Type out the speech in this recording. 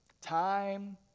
time